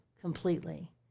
completely